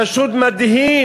זה פשוט מדהים.